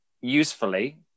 usefully